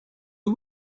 you